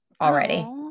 already